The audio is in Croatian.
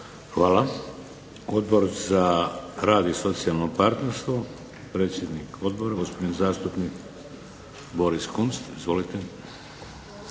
Hvala. Odbor za rad i socijalno partnerstvo, predsjednik odbora gospodin zastupnik Boris Kunst. **Kunst,